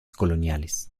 coloniales